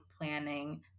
planning